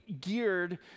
geared